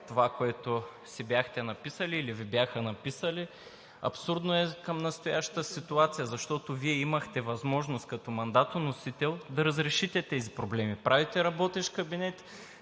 това, което си бяхте написал и или Ви бяха написали! Абсурдно е към настоящата ситуация, защото Вие имахте възможност като мандатоносител да разрешите тези проблеми. Правите работещ кабинет,